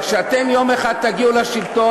אז כשאתם יום אחד תגיעו לשלטון,